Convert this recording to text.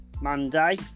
Monday